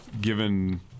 given